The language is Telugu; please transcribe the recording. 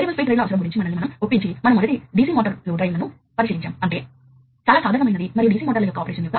ఇక్కడ మీకు ఒకే జత వైర్లు ఉన్నాయి వీటిపై డిజిటల్ డేటా బేస్బ్యాండ్ లో లేదా మాడ్యులేషన్ ఉపయోగించి పంపబడుతుంది